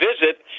visit